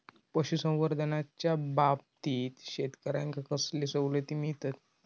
पशुसंवर्धनाच्याबाबतीत शेतकऱ्यांका कसले सवलती मिळतत?